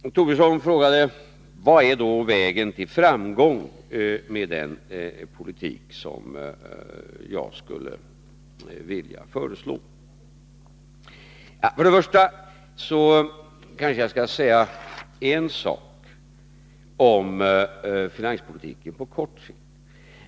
Lars Tobisson frågade vad som då är vägen till framgång med den politik som jag skulle vilja föreslå. Först och främst kanske jag skall säga en sak om finanspolitiken på kort sikt.